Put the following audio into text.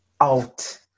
out